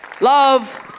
Love